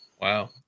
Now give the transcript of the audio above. Wow